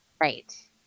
right